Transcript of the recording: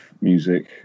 music